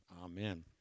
Amen